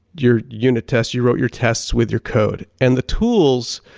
your unit test, you wrote your tests with your code and the tools,